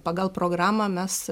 pagal programą mes